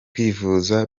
kwivuza